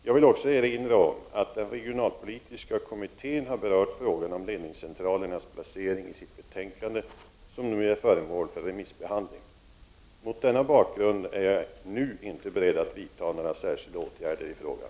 Jag vill också erinra om att den regionalpolitiska kommittén har berört frågan om ledningscentralernas placering i sitt betänkande, som nu är föremål för remissbehandling. Mot denna bakgrund är jag nu inte beredd att vidta några särskilda åtgärder i frågan.